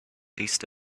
east